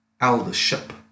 eldership